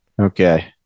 okay